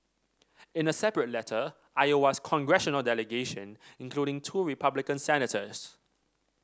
in a separate letter Iowa's congressional delegation including two Republican senators